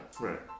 Right